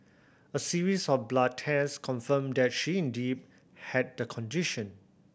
a series of blood test confirmed that she indeed had the condition